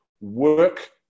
Work